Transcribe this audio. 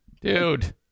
Dude